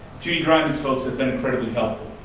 judy griman's folks have been incredibly helpful.